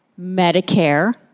Medicare